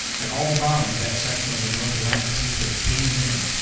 and all the bottom of that section of the north atlantic seems to have caved in.